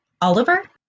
Oliver